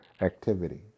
activity